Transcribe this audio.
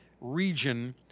region